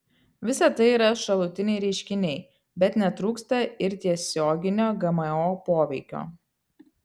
visa tai yra šalutiniai reiškiniai bet netrūksta ir tiesioginio gmo poveikio